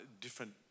different